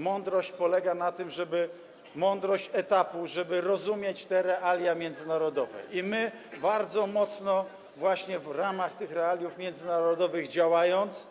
Mądrość polega na tym, mądrość etapu, żeby rozumieć realia międzynarodowe, i my bardzo mocno w ramach tych realiów międzynarodowych działając,